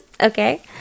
okay